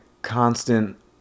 constant